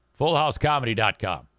FullHouseComedy.com